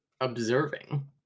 observing